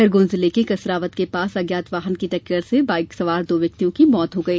खरगोन जिले के कसरावद के पास अज्ञात वाहन की टक्कर से बाईक सवार दो व्यक्तियों की मौत हो गई